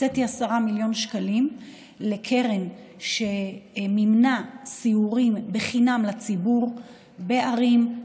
הקציתי 10 מיליון שקלים לקרן שמימנה סיורים חינם לציבור בערים,